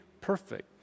perfect